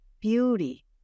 Beauty